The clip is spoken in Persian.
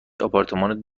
آپارتمان